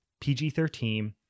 PG-13